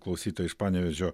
klausytoja iš panevėžio